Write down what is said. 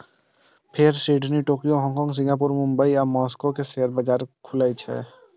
फेर Sydney, Tokyo, Hong Kong, Singapore, Mumbai आ Moscow के शेयर बाजार खुलै छै